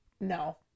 no